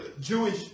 Jewish